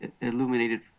illuminated